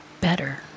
better